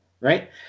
right